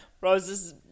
roses